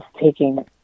taking